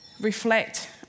reflect